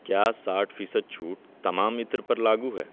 کیا ساٹھ فیصد چھوٹ تمام عطر پر لاگو ہے